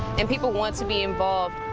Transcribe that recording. and people want to be involved.